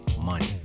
money